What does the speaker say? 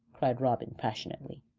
cried robin passionately.